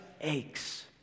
aches